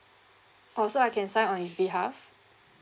oh so I can sign on his behalf